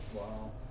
Wow